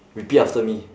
repeat after me